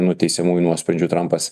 nuteisiamųjų nuosprendžių trampas